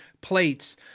plates